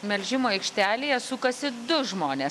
melžimo aikštelėje sukasi du žmonės